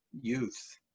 youth